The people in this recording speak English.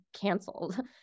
canceled